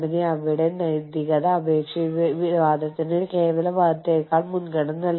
കമ്പനിയുടെ അന്താരാഷ്ട്ര വികസനത്തിന്റെ രൂപങ്ങളും ഘട്ടങ്ങളും